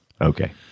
Okay